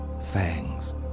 fangs